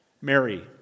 Mary